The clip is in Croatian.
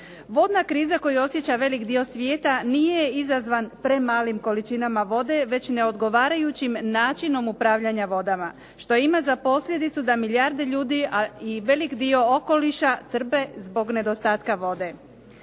Vodna kriza koju osjeća velik dio svijeta nije izazvan premalim količinama vode, već neodgovarajućim načinom upravljanja vodama, što ima za posljedicu da milijarde ljudi, a i velik dio okoliša trpe zbog nedostatka vode.